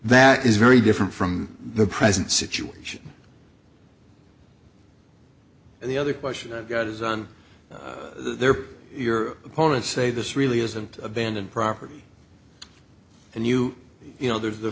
that is very different from the present situation and the other question i've got is on there your opponents say this really isn't abandoned property and you you know there's the